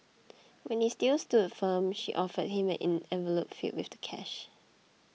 when he still stood firm she offered him an envelope filled with the cash